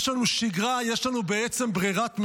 יש לנו שגרה, יש לנו בעצם ברירת מחדל.